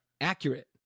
accurate